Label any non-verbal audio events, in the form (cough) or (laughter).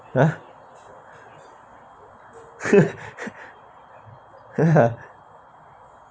ya (laughs) ya